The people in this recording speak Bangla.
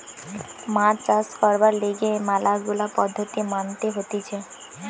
মাছ চাষ করবার লিগে ম্যালা গুলা পদ্ধতি মানতে হতিছে